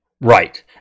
Right